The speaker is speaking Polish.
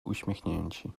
uśmiechnięci